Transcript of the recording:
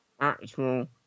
actual